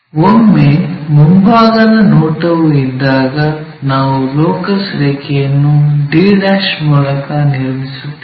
ಒಮ್ಮೆ ಮುಂಭಾಗದ ನೋಟವು ಇದ್ದಾಗ ನಾವು ಲೋಕಸ್ ರೇಖೆಯನ್ನು d' ಮೂಲಕ ನಿರ್ಮಿಸುತ್ತೇವೆ